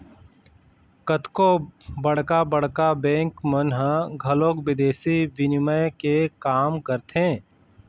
कतको बड़का बड़का बेंक मन ह घलोक बिदेसी बिनिमय के काम करथे